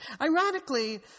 ironically